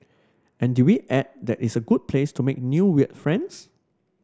and did we add that it's a good place to make new weird friends